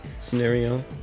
scenario